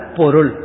porul